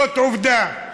זאת עובדה.